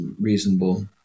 reasonable